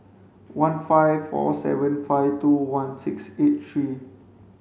one five four seven five two one six eight three